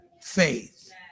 faith